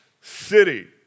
city